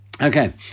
Okay